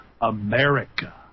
america